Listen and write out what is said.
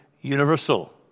universal